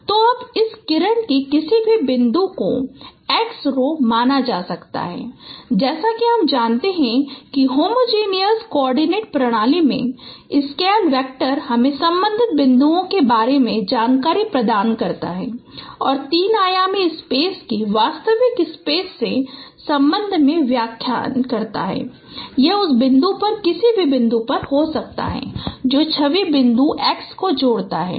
तो अब इस किरण के किसी भी बिंदु को x रो माना जा सकता है जैसा कि हम जानते हैं कि होमोजीनिअस कोआर्डिनेट प्रणाली में स्केल फैक्टर हमें संबंधित बिंदुओं के बारे में जानकारी प्रदान करता है और तीन आयामी स्पेस की वास्तविक स्पेस के संबंध में व्याख्या है यह उस बिंदु पर किसी भी बिंदु पर हो सकता है जो छवि बिंदु x को जोड़ता है